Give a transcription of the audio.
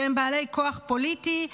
שהם בעלי כוח פוליטי,